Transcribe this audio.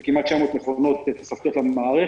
זה כמעט 900 מכונות שמסופקות לנו למערכת.